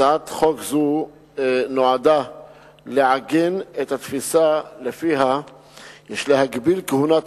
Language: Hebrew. הצעת חוק זו נועדה לעגן את התפיסה שלפיה יש להגביל כהונת